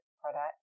product